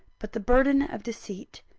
but the burden of deceit,